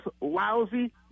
lousy